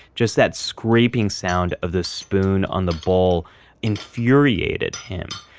just that scraping sound of the spoon on the bowl infuriated him.